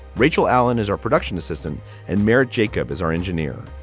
rachel allen is our production assistant and mayor jacob is our engineer.